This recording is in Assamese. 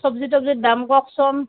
চব্জি তব্জিৰ দাম কওকচোন